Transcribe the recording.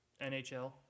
NHL